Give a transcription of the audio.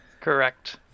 Correct